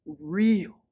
real